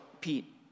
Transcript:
Pete